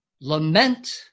lament